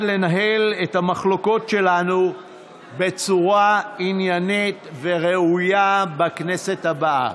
לנהל את המחלוקות שלנו בצורה עניינית וראויה בכנסת הבאה.